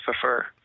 prefer